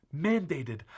mandated